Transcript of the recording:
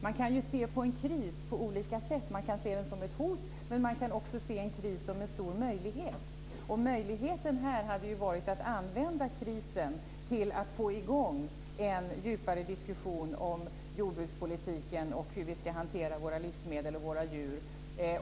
Man kan se på en kris på olika sätt. Man kan se den som ett hot, men man kan också se den som en stor möjlighet. Här fanns en möjlighet att använda krisen för att få i gång en djupare diskussion om jordbrukspolitiken och hur vi ska hantera våra livsmedel och djur.